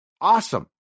awesome